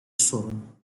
sorun